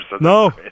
No